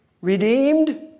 redeemed